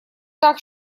так